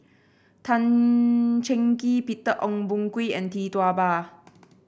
Tan Cheng Kee Peter Ong Boon Kwee and Tee Tua Ba